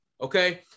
okay